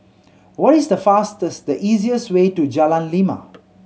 what is the fastest the easiest way to Jalan Lima